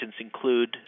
include